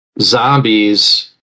zombies